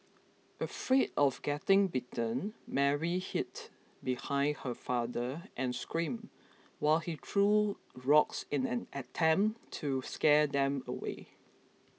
afraid of getting bitten Mary hid behind her father and screamed while he threw rocks in an attempt to scare them away